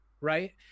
right